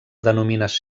denominada